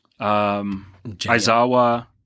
Aizawa